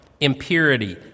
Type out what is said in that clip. impurity